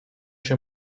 się